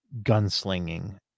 gunslinging